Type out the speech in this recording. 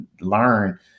learn